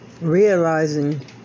realizing